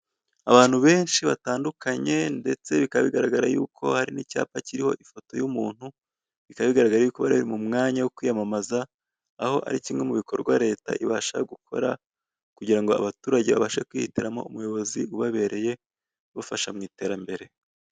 Abantu benshi batandukanye, ndetse bikaba bigaragara y'uko hari icyapa kiriho ifoto y'umuntu, bikaba bigaragara y'uko bari mu mwanya wo kwiyamamaza, aho ari kimwe mu bikorwa leta ibasha gukora, kugira ngo abaturage babashe kwihitiramo umuyobozi ubabereye, ubafasha mu iterambere.